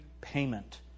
payment